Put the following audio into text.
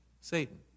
satan